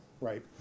right